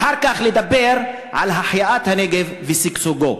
ואחר כך לדבר על החייאת הנגב ושגשוגו.